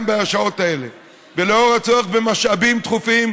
בשעות אלה ולנוכח הצורך במשאבים דחופים,